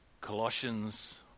Colossians